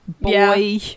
boy